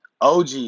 OG